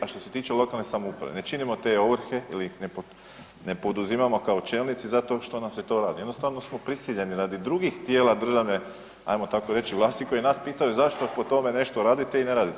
A što se tiče lokalne samouprave, ne činimo te ovrhe ili ih ne poduzimamo kao čelnici zato što nam se to radi, jednostavno smo prisiljeni radi drugih tijela državne, ajmo tako reći, vlasti koji nas pitaju zašto po tome nešto radite i ne radite.